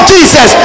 Jesus